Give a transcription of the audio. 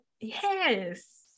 Yes